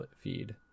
feed